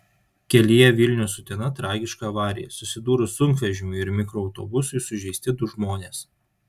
kelyje vilnius utena tragiška avarija susidūrus sunkvežimiui ir mikroautobusui sužeisti du žmonės